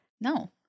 No